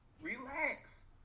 Relax